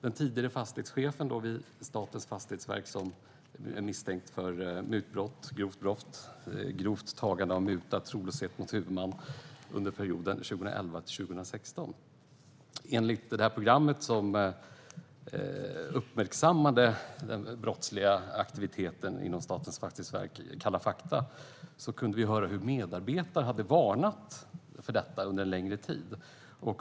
Den tidigare fastighetschefen vid Statens fastighetsverk är nu misstänkt för grovt brott, grovt tagande av muta och trolöshet mot huvudman under perioden 2011-2016. I programmet som uppmärksammade den brottsliga aktiviteten inom Statens fastighetsverk, Kalla fakta , kunde vi höra hur medarbetare hade varnat för detta under en längre tid.